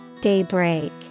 Daybreak